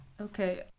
Okay